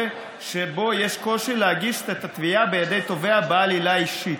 שבו יש קושי להגיש את התביעה בידי תובע בעל עילה אישית.